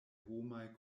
homaj